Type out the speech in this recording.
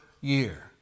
year